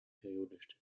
periodisch